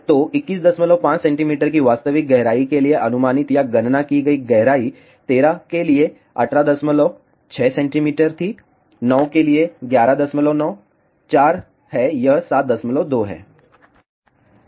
तो 215 सेंटीमीटर की वास्तविक गहराई के लिए अनुमानित या गणना की गई गहराई 13 के लिए 186 सेंटीमीटर थी 9 के लिए 119 4 है यह 72 है